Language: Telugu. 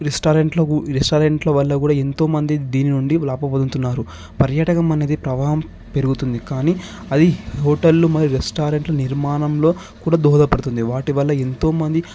రెస్టారెంట్లకు రెస్టారెంట్ల వల్ల కూడా ఎంతోమంది దీని నుండి లాభ పొందుతున్నారు పర్యాటకం అన్నది ప్రభావం పెరుగుతుంది కానీ అది హోటల్లు మరి రెస్టారెంట్లు నిర్మాణంలో కూడా దోహదపడుతుంది వాటి వల్ల ఎంతో మంది